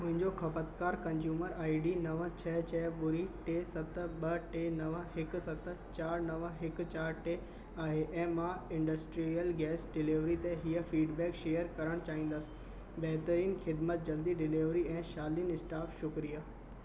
मुंहिंजो खपतकार consumer I D नव छह छह ॿुड़ी टे सत ॿ टे नव हिकु सत चारि नव हिकु चारि टे आहे ऐं मां इंडस्ट्रियल गैस डिलीवरी ते हीअं फीडबैक शेयर करणु चाहींदसि बहितरीन ख़िदमत जल्दी डिलीवरी ऐं शालीन स्टाफ शुक्रिया